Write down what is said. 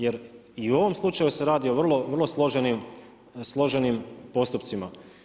Jer i u ovom slučaju se radi o vrlo složenim postupcima.